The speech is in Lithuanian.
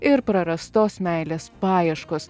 ir prarastos meilės paieškos